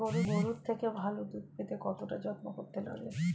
গরুর থেকে ভালো দুধ পেতে কতটা যত্ন করতে লাগে